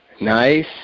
Nice